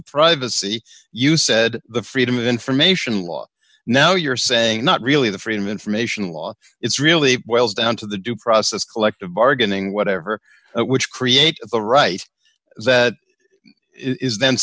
the privacy you said the freedom of information law now you're saying not really the freedom of information law it's really boils down to the due process collective bargaining whatever which create a right that is then